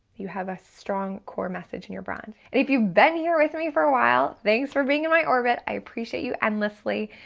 you have a strong core message in your brand. and if you've been here with me for a while, thanks for being in my orbit, i appreciate you endlessly,